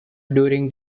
during